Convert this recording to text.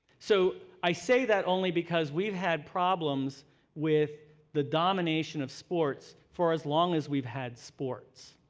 so i say that only because we've had problems with the domination of sports for as long as we've had sports.